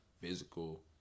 physical